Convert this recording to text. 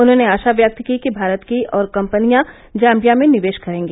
उन्होंने आशा व्यक्त की कि भारत की और कंपनिया जाम्बिया में निवेश करेंगी